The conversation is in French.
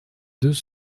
deux